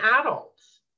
adults